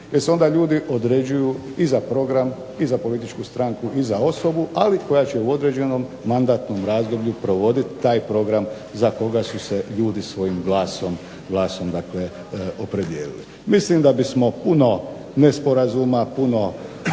jer se onda ljudi određuju i za program, i za političku stranku, i za osobu, ali koja će u određenom mandatnom razdoblju provoditi taj program za koga su se ljudi svojim glasom, glasom dakle opredijelili. Mislim da bismo puno nesporazuma, puno